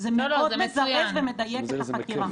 זה מאוד מזרז ומדייק את החקירה.